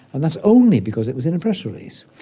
and that's only because it was in a press release,